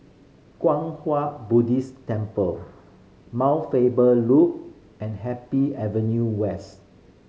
Kwang Hua Buddhist Temple Mount Faber Loop and Happy Avenue West